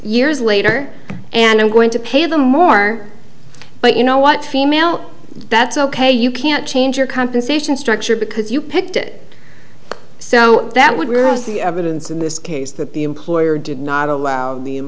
years later and i'm going to pay them more but you know what female that's ok you can't change your compensation structure because you picked it so that would where as the evidence in this case that the employer did not allow the